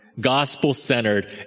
gospel-centered